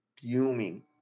fuming